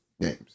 games